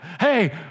Hey